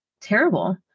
terrible